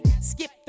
Skip